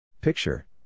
Picture